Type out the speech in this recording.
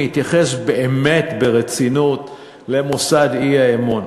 מתייחס באמת ברצינות למוסד האי-אמון,